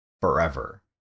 forever